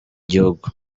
gihugu